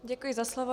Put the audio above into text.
Děkuji za slovo.